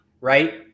right